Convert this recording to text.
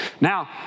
Now